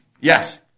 yes